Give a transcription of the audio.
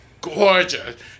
gorgeous